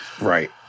right